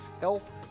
health